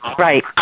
Right